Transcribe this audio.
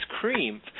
cream